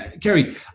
Kerry